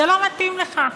זה לא מתאים לך.